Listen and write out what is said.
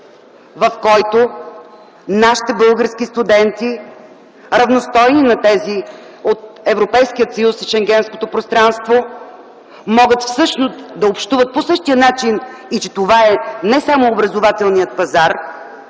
в който нашите български студенти, равностойни на тези от Европейския съюз и Шенгенското пространство, могат да общуват по същия начин; и че това е не само образователният пазар,